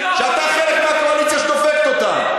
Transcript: שאתה חלק מהקואליציה שדופקת אותם.